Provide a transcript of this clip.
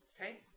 Okay